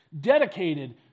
dedicated